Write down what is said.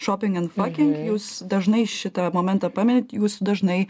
šoping ent knoking jūs dažnai šitą momentą paminit jūsų dažnai